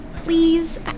Please